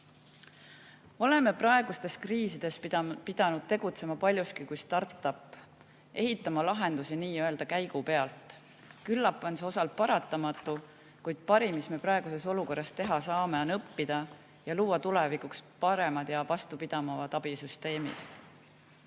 Oleme praegustes kriisides pidanud tegutsema paljuski kuistart‑up, ehitama lahendusi nii-öelda käigu pealt. Küllap on see osalt paratamatu, kuid parim, mis me praeguses olukorras teha saame, on õppida ja luua tulevikuks paremad ja vastupidavamad abisüsteemid.